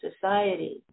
society